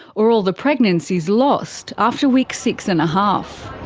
or all the pregnancies lost after week six and a half.